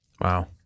Wow